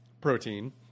protein